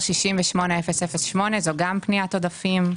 זו גם פניית עודפים.